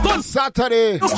Saturday